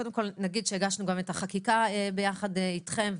קודם כל נגיד שהגשנו גם את החקיקה ביחד איתכם,